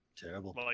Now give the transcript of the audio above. Terrible